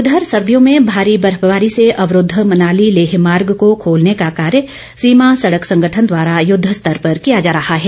उधर सर्दियों में भारी बर्फबारी से अवरूद्व मनाली लेह मार्ग को खोलने का कार्य सीमा सड़क संगठन द्वारा युद्व स्तर पर किया जा रहा है